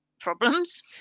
problems